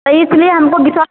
तो इसलिए हमको विस्वा